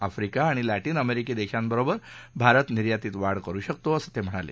Africa आणि Latin अमेरिकी देशांबरोबर भारत निर्यातीत वाढ करु शकतो असं ते म्हणाले